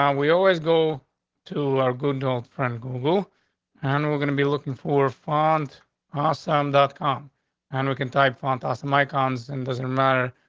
um we always go to our good old friend google and on. we're gonna be looking for fund awesome dot com on weaken type font awesome icons and doesn't matter.